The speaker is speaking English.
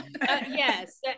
Yes